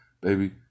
baby